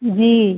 जी